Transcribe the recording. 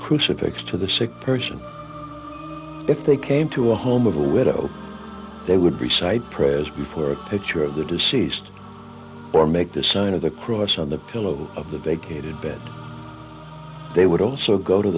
crucifix to the sick person if they came to a home of a widow they would be cited prayers before a picture of the deceased or make the sign of the cross on the pillow of the vacated bed they would also go to